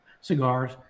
cigars